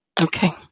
Okay